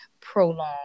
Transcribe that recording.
prolong